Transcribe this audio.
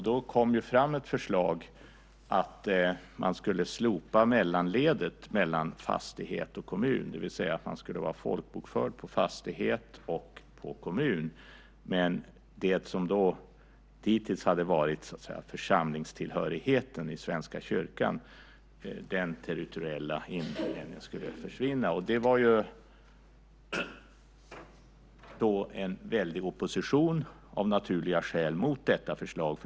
Det kom ett förslag om att man skulle slopa mellanledet mellan fastighet och kommun, det vill säga att man skulle vara folkbokförd på fastighet och kommun. Den territoriella indelning som man hade haft tidigare, nämligen församlingstillhörigheten i Svenska kyrkan, skulle försvinna. Det var, av naturliga skäl, en väldig opposition mot detta förslag.